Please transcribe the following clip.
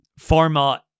pharma